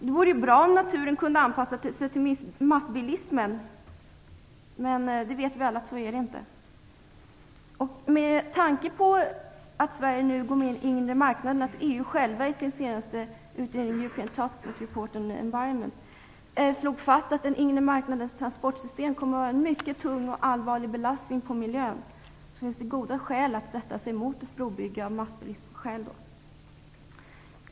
Det vore ju bra om naturen kunde anpassa sig till massbilismen, men så är det inte - det vet vi alla. Med tanke på att Sverige nu kommer med i den inre marknaden och att EU själv i sin senaste utredning, European Task for Support of Environment, har slagit fast att den inre marknadens transportsystem kommer att vara en mycket tung och allvarlig belastning finns det goda massbilismskäl att sätta sig emot ett brobygge.